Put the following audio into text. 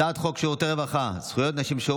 הצעת חוק שירותי רווחה (זכויות נשים ששהו